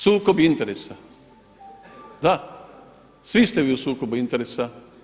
Sukob interesa, da svi ste vi u sukobu interesa.